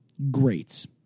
greats